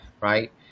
right